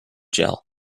jell